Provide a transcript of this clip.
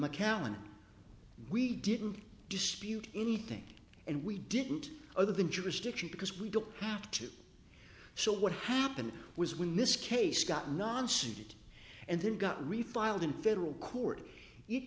mccown we didn't dispute anything and we didn't other than jurisdiction because we don't have to so what happened was we miss case got non scented and then got refiled in federal court it